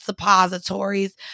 suppositories